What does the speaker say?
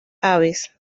aves